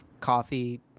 coffee